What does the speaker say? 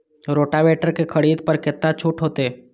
Rotavator के खरीद पर केतना छूट होते?